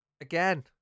Again